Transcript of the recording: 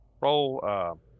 Roll